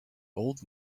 old